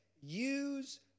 use